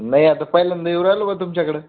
नाही आता पहिल्यांदा येऊन राहिलो बा तुमच्याकडं